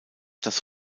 das